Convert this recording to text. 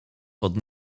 pod